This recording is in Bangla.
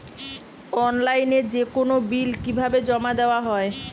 অনলাইনে যেকোনো বিল কিভাবে জমা দেওয়া হয়?